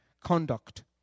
conduct